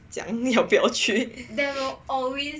讲你要不要去